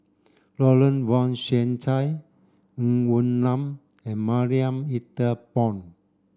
Lawrence Wong Shyun Tsai Ng Woon Lam and Marie Ethel Bong